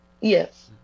Yes